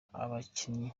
abakinnyi